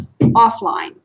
offline